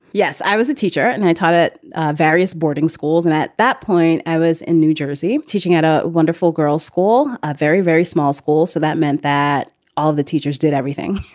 yes, i was a teacher and i taught at various boarding schools. and at that point, i was in new jersey teaching at a wonderful girls school, a very, very small school so that meant that all the teachers did everything,